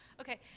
okay.